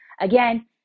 Again